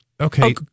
Okay